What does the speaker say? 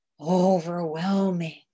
overwhelming